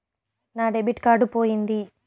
నా debit card పోయింది